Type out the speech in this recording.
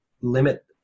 limit